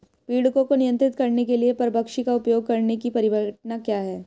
पीड़कों को नियंत्रित करने के लिए परभक्षी का उपयोग करने की परिघटना क्या है?